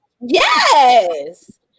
yes